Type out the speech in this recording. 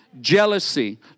jealousy